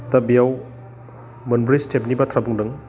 दा बेयाव मोनब्रै स्टेपनि बाथ्रा बुंदों